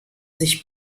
sich